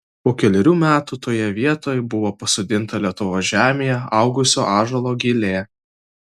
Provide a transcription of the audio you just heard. po kelerių metų toje vietoj buvo pasodinta lietuvos žemėje augusio ąžuolo gilė